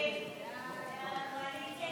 ההסתייגות (8) של קבוצת סיעת